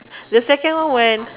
the second when